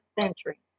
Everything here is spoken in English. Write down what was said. century